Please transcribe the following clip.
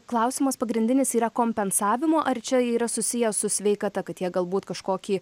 klausimas pagrindinis yra kompensavimo ar čia yra susiję su sveikata kad jie galbūt kažkokį